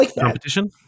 competition